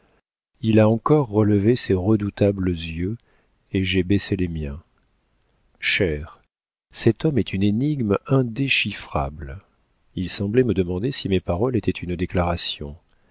il a encore relevé ses redoutables yeux et j'ai baissé les miens chère cet homme est une énigme indéchiffrable il semblait me demander si mes paroles étaient une déclaration